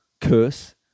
curse